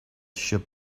should